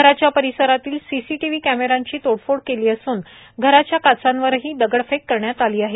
घराच्या परिसरातील सीसीटीव्ही कम्मे यांची तोडफोड केली असून घराच्या काचांवरही दगडफेक करण्यात आली आहे